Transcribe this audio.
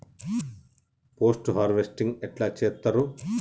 Post harvesting ఎట్ల చేత్తరు?